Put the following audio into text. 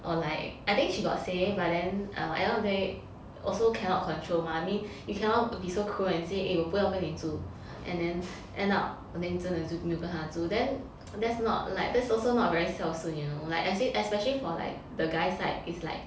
or like I think she got say but then I know they also cannot control mah I mean you cannot be so cruel and say eh 我不要跟你住 and then end up then 真的就没有跟他住 then that's not like that's also not very 孝顺 you know like es~ especially for like the guy side is like